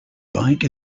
bike